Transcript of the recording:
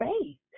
Faith